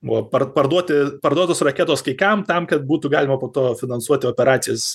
buvo par parparduoti parduotos raketos kai kam tam kad būtų galima po to finansuoti operacijas